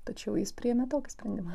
tačiau jis priėmė tokį sprendimą